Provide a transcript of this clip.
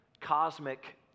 cosmic